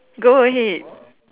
go ahead